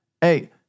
Hey